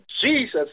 Jesus